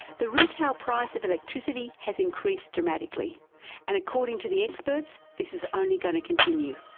the retail price of electricity has increased dramatically and according to the experts this is only going to continue.